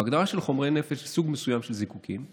בהגדרה של חומרי נפץ יש סוג מסוים של זיקוקים.